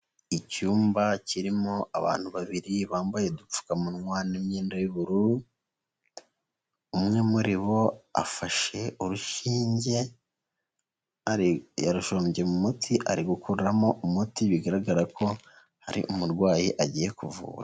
Icyumba kirimo abantu babiri bambaye udupfukamunwa n'imyenda y'ubururu, umwe muri bo afashe urushinge, yarujombye mu muti, ari gukuramo umuti bigaragara ko hari umurwayi agiye kuvura.